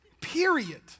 period